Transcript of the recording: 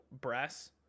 brass